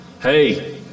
Hey